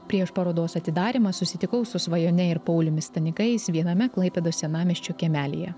prieš parodos atidarymą susitikau su svajone ir pauliumi stanikais viename klaipėdos senamiesčio kiemelyje